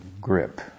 grip